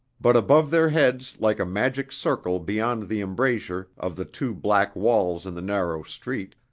but above their heads like a magic circle beyond the embrasure of the two black walls in the narrow street,